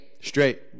Straight